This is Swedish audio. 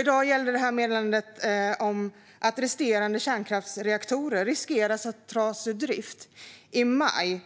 I dag gällde meddelandet att resterande kärnkraftsreaktorer riskerar att tas ur drift i maj